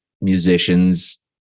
musicians